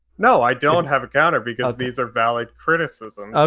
no, i don't have a counter because these are valid criticisms.